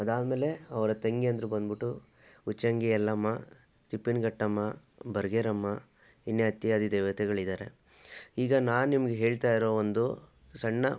ಅದಾದಮೇಲೆ ಅವರ ತಂಗಿಯಂದಿರು ಬಂದುಬಿಟ್ಟು ಉಚ್ಛಂಗಿ ಯಲ್ಲಮ್ಮ ತಿಪ್ಪಿನಘಟ್ಟಮ್ಮ ಬರ್ಗೇರಮ್ಮ ಇನ್ನೂ ಇತ್ಯಾದಿ ದೇವತೆಗಳಿದ್ದಾರೆ ಈಗ ನಾನು ನಿಮಗೆ ಹೇಳ್ತಾ ಇರೋ ಒಂದು ಸಣ್ಣ